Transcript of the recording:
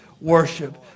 worship